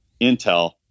intel